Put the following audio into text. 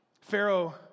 Pharaoh